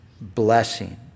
blessing